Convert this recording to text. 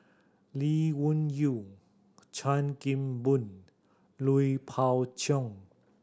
Lee Wung Yew Chan Kim Boon and Lui Pao Chuen